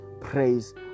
Praise